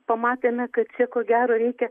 pamatėme kad čia ko gero reikia